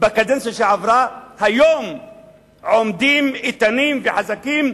בקדנציה שעברה, היום עומדות איתנות וחזקות,